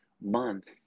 month